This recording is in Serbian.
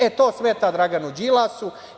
E, to smeta Draganu Đilasu.